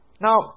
Now